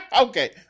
Okay